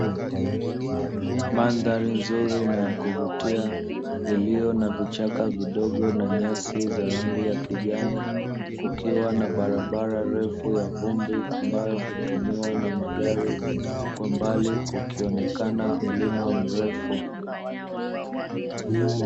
Mandhari nzuri na yakuvutia iliyo na vichaka vidogo na nyasi za rangi ya kijani, kukiwa na barabara refu ya vumbi ambayo hutumiwa na magari; kwa mbali kukionekana mlima mrefu.